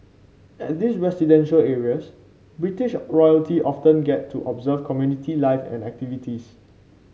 at these residential areas British royalty often get to observe community life and activities